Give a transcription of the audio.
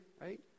right